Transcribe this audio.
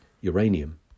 uranium